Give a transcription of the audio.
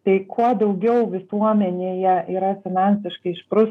tai kuo daugiau visuomenėje yra finansiškai išpru